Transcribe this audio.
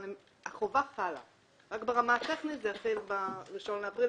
אבל החובה חלה רק ברמה הטכנית ב-1 באפריל,